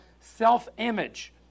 self-image